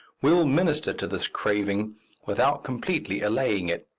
will minister to this craving without completely allaying it.